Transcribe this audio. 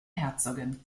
herzogin